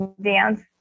dance